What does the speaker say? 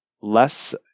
less